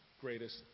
greatest